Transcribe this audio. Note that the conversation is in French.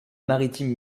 maritime